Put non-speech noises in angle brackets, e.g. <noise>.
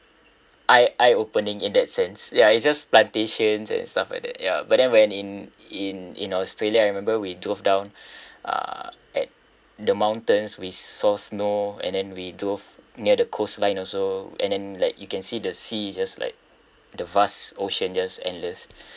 eye eye-opening in that sense ya it's just plantations and stuff like that ya but then when in in in australia I remember we drove down <breath> uh at the mountains we saw snow and then we drove near the coastline also and then you can see the sea just like the vast ocean just endless